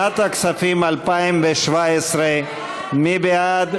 שנת הכספים 2017. מי בעד?